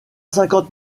cinquante